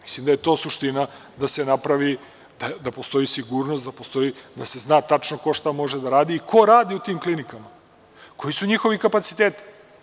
Mislim da je to suština, da se napravi da postoji sigurnost, da se zna tačno ko šta može da radi i ko radi u tim klinikama, koji su njihovi kapaciteti.